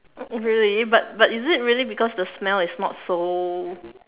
really but but is it really because the smell is not so